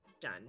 Done